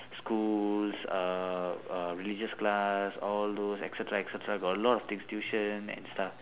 schools uh uh religious class all those et cetera et cetera got a lot of things tuition and stuff